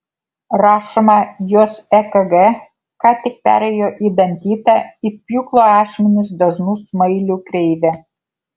rašoma jos ekg ką tik perėjo į dantytą it pjūklo ašmenys dažnų smailių kreivę